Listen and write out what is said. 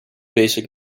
basic